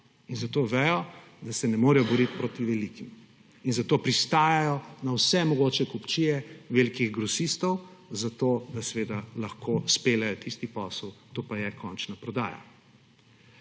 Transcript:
zato vedo, da se ne morejo boriti proti velikim in zato pristajajo na vse mogoče kupčije velikih grosistov zato, da seveda lahko speljejo tisti podel, to pa je končna prodaja.